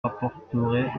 apporterait